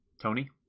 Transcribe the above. Tony